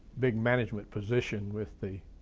big management position with the,